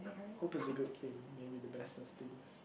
hope it's a good thing maybe the best of things